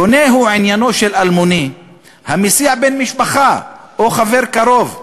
שונה הוא עניינו של אלמוני המסיע בן משפחה או חבר קרוב.